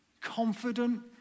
Confident